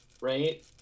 Right